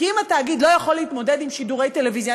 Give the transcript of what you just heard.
כי אם תאגיד לא יכול להתמודד עם שידורי טלוויזיה,